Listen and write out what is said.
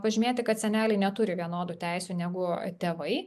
pažymėti kad seneliai neturi vienodų teisių negu tėvai